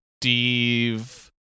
Steve